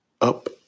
up